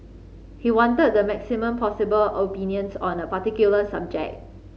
he wanted the maximum possible opinions on a particular subject